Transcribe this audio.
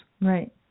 Right